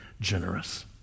generous